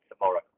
tomorrow